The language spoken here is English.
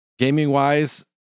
Gaming-wise